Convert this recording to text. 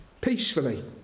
peacefully